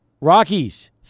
Rockies